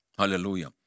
Hallelujah